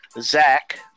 Zach